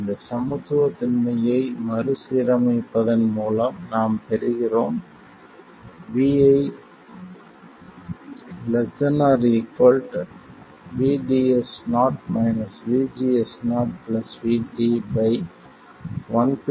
இந்த சமத்துவமின்மையை மறுசீரமைப்பதன் மூலம் நாம் பெறுகிறோம் vi ≤ VDS0 VGS0 VT 1